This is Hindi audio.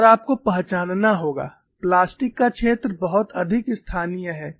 और आपको पहचानना होगा प्लास्टिक का क्षेत्र बहुत अधिक स्थानीय है